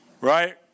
Right